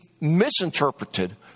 misinterpreted